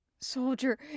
Soldier